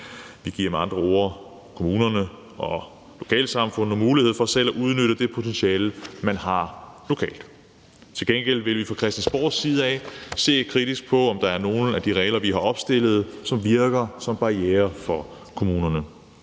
Vi giver med andre ord kommunerne og lokalsamfundene mulighed for selv at udnytte det potentiale, man har lokalt. Til gengæld vil vi fra Christiansborgs side af se kritisk på, om der er nogle af de regler, vi har opstillet, som virker som barrierer for kommunerne.